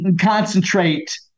concentrate